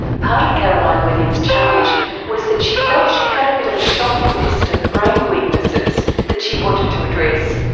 part of caroline williams' challenge was that she felt she had a bit of a shopping list of brain weaknesses that she wanted to address.